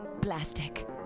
plastic